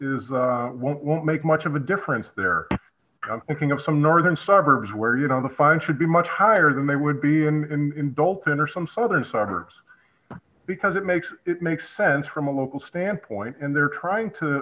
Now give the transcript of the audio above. is won't make much of a difference they're making up some northern suburbs where you know the five should be much higher than they would be in dalton or some southern suburbs because it makes it makes sense from a local standpoint and they're trying to